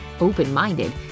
open-minded